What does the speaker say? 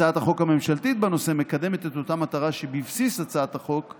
הצעת החוק הממשלתית בנושא מקדמת את אותה מטרה שבבסיס הצעת החוק,